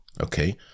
okay